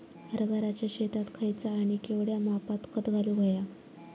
हरभराच्या शेतात खयचा आणि केवढया मापात खत घालुक व्हया?